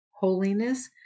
Holiness